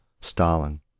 Stalin